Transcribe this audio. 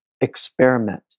Experiment